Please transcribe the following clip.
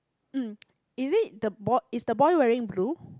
um is it the boy is the boy wearing blue